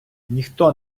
ніхто